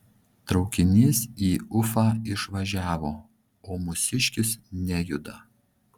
traukinys į ufą išvažiavo o mūsiškis nejuda